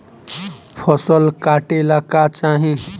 फसल काटेला का चाही?